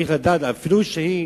אפילו שהיא